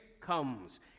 comes